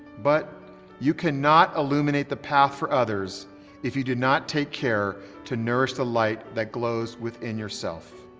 but you cannot illuminate the path for others if you do not take care to nourish the light that glows within yourself.